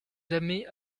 jamais